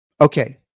okay